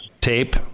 tape